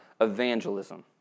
evangelism